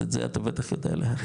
אז את זה אתה בטח יודע להעריך.